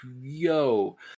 yo